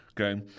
okay